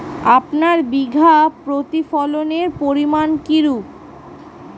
আপনার বিঘা প্রতি ফলনের পরিমান কীরূপ?